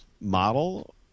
model